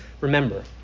remember